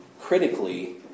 critically